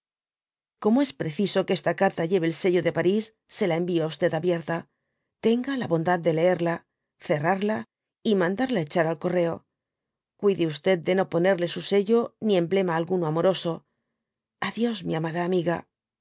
como es preciso que esta carta lleve el seuo de paris se la envió á abierta tenga la bondad de leerla cerrarla y mandarla hechar al correo cuide de no ponerle su sello ni emblema alguno amoroso a dios mi amada amiga